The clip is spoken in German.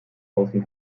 außen